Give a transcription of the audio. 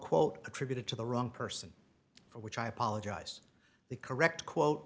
quote attributed to the wrong person for which i apologize the correct quote